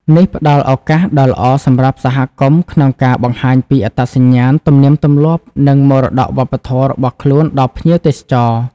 នេះផ្តល់ឱកាសដ៏ល្អសម្រាប់សហគមន៍ក្នុងការ បង្ហាញពីអត្តសញ្ញាណ ទំនៀមទម្លាប់ និងមរតកវប្បធម៌ របស់ខ្លួនដល់ភ្ញៀវទេសចរ។